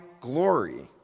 glory